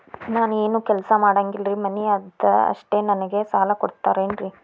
ನಾನು ಏನು ಕೆಲಸ ಮಾಡಂಗಿಲ್ರಿ ಮನಿ ಅದ ಅಷ್ಟ ನನಗೆ ಸಾಲ ಕೊಡ್ತಿರೇನ್ರಿ?